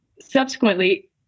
Subsequently